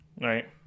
right